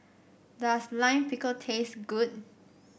does Lime Pickle taste good